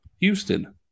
Houston